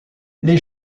les